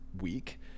week